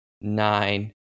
nine